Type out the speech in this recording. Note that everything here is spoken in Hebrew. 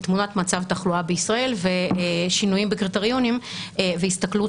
תמונת מצב תחלואה בישראל ושינויים בקריטריונים והסתכלות